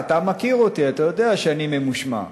אדוני, אתה מכיר אותי, אתה יודע שאני ממושמע,